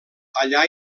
allà